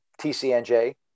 TCNJ